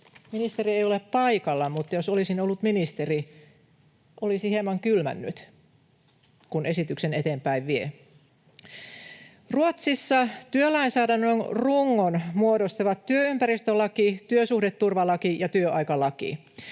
Ministeri ei ole paikalla, mutta jos olisin ollut ministeri, olisi hieman kylmännyt, kun esityksen eteenpäin vie. Ruotsissa työlainsäädännön rungon muodostavat työympäristölaki, työsuhdeturvalaki ja työaikalaki.